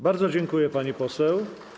Bardzo dziękuję, pani poseł.